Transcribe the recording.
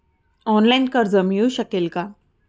Online कर्ज मिळू शकेल का?